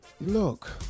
look